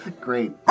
Great